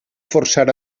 forçar